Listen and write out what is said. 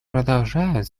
продолжают